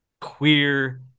queer